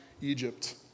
Egypt